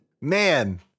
Man